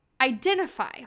identify